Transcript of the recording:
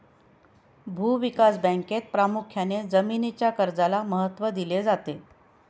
भूविकास बँकेत प्रामुख्याने जमीनीच्या कर्जाला महत्त्व दिले जाते